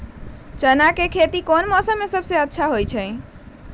चाना के खेती कौन मौसम में सबसे अच्छा होखेला?